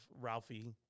Ralphie